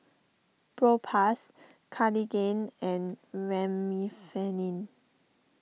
Propass Cartigain and Remifemin